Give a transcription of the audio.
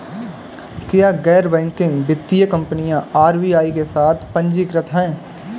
क्या गैर बैंकिंग वित्तीय कंपनियां आर.बी.आई के साथ पंजीकृत हैं?